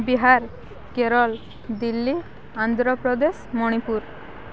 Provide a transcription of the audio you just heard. Bihar Kerala Delhi Andhra Pradesh Manipur